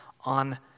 on